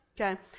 Okay